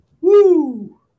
Woo